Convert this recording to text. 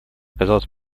казалось